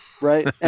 Right